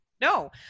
No